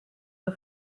the